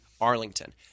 Arlington